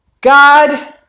God